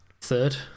Third